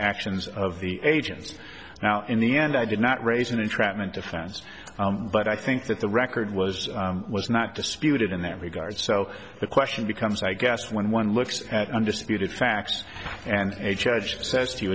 actions of the agents now in the end i did not raise an entrapment defense but i think that the record was was not disputed in that regard so the question becomes i guess when one looks at undisputed facts and a